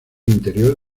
interior